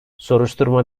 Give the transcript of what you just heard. soruşturma